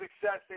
success